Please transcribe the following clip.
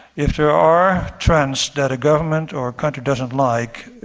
if there are trends that a government or a country doesn't like,